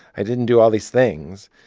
i didn't do all these things.